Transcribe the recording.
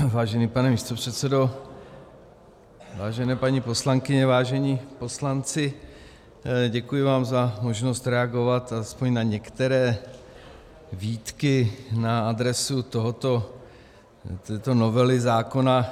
Vážený pane místopředsedo, vážené paní poslankyně, vážení poslanci, děkuji vám za možnost reagovat aspoň na některé výtky na adresu této novely zákona.